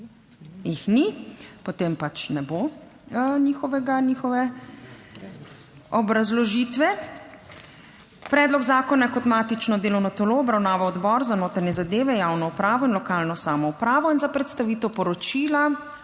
Jih ni. Potem pač ne bo njihovega, njihove obrazložitve. Predlog zakona je kot matično delovno telo obravnaval Odbor za notranje zadeve, javno upravo in lokalno samoupravo in za predstavitev poročila